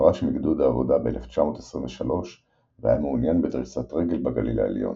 שפרש מגדוד העבודה ב-1923 והיה מעוניין בדריסת רגל בגליל העליון.